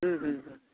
হুম হুম হুম